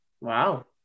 Wow